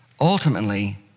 ultimately